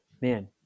man